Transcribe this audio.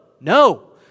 no